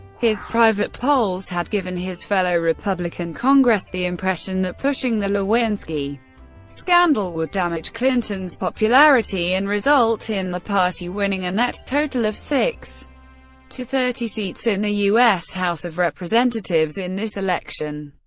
his private polls had given his fellow republican congress the impression that pushing the lewinsky scandal would damage clinton's popularity and result in the party winning a net total of six to thirty seats in the us house of representatives in this election.